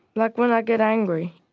like when i get angry.